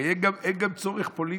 הרי אין גם צורך פוליטי,